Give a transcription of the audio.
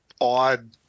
odd